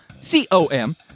C-O-M